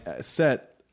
set